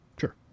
Sure